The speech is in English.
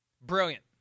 Brilliant